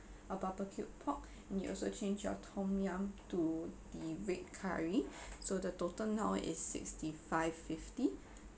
uh barbecued pork you also change your tom yum to the red curry so the total now is sixty-five fifty